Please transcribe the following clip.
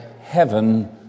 heaven